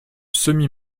semi